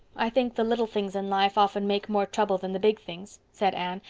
i think the little things in life often make more trouble than the big things, said anne,